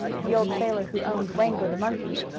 the old sailor, who owned wango, the monkey,